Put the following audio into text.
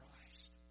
Christ